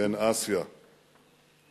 בין אסיה לאירופה.